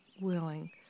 willing